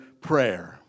prayer